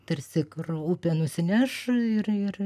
tarsi kur upė nusineš ir ir